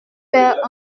faire